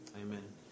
Amen